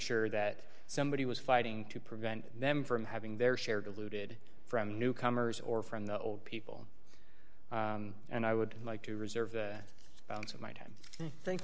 sure that somebody was fighting to prevent them from having their share diluted from newcomers or from the old people and i would like to reserve the balance of my time thank